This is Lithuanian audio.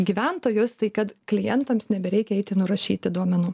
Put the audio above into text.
gyventojus tai kad klientams nebereikia eiti nurašyti duomenų